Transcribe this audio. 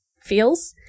feels